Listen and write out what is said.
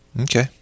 Okay